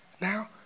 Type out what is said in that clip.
now